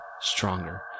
stronger